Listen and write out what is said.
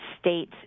state